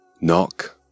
Knock